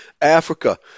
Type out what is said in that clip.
Africa